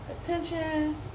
attention